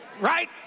Right